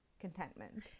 contentment